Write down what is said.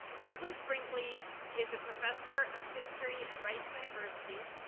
douglas brinkley is a professor of history at rice university,